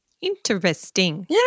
Interesting